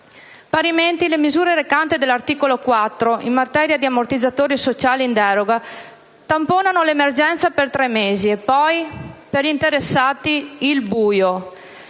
Parimenti, le misure recate dall'articolo 4 in materia di ammortizzatori sociali in deroga tamponano l'emergenza per tre mesi e poi, per gli interessati, il buio.